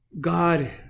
God